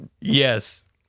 yes